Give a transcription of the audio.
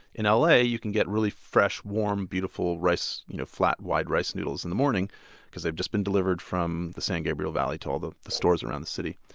in ah la you can get really fresh warm beautiful you know flat wide rice noodles in the morning because they've just been delivered from the san gabriel valley to all the the stores around the city.